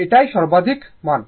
এটাই সর্বাধিক মান